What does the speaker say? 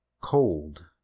cold